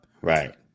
right